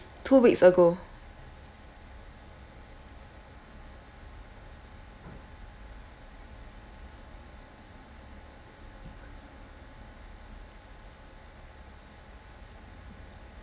two weeks ago